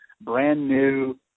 brand-new